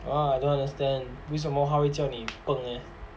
!wah! I don't understand 为什么他会叫你笨 leh